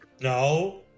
No